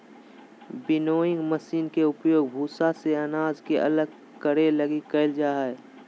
winnowing machine के उपयोग भूसा से अनाज के अलग करे लगी कईल जा हइ